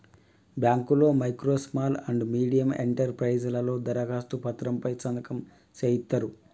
బాంకుల్లో micro small and medium enterprises లలో దరఖాస్తు పత్రం పై సంతకం సేయిత్తరు